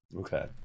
Okay